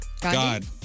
God